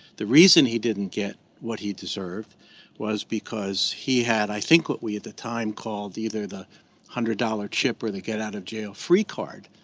the reason he didn't get what he deserved was because he had i think what we at the time called either the one hundred dollars chip or the get out of jail free card.